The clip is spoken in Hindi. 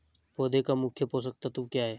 पौधे का मुख्य पोषक तत्व क्या हैं?